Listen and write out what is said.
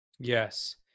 Yes